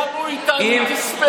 תתאמו איתנו, תספרו אותנו.